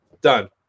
done